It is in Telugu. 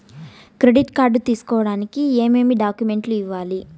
క్రెడిట్ కార్డు తీసుకోడానికి ఏమేమి డాక్యుమెంట్లు ఇవ్వాలి